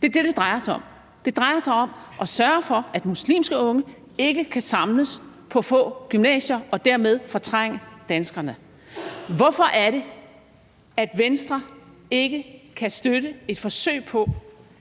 Det er det, det drejer sig om. Det drejer sig om at sørge for, at muslimske unge ikke kan samles på få gymnasier og dermed fortrænge danskerne. Hvorfor er det, Venstre ikke kan støtte et forsøg på